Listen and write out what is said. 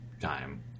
time